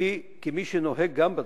כמי שנוהג בדרכים,